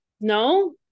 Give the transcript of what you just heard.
no